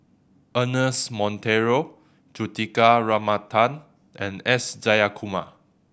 Ernest Monteiro Juthika Ramanathan and S Jayakumar